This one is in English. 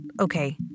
okay